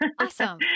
Awesome